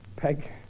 Peg